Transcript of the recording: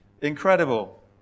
incredible